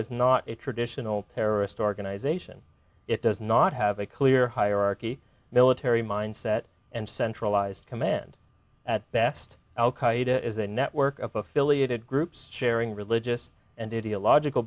is not a traditional terrorist organization it does not have a clear hierarchy military mindset and centralized command at best al qaida is a network of affiliated groups sharing religious and it illogical